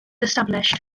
established